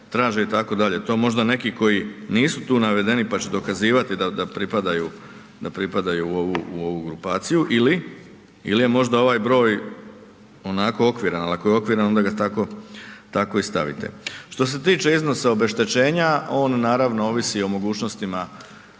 traže itd. To možda neki koji nisu tu navedeni pa će dokazivati da pripadaju u ovu grupaciju ili je možda ovaj broj onako okviran, a i ako je okviran onda ga tako i stavite. Što se tiče iznosa obeštećenja on naravno ovisi o mogućnostima